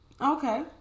Okay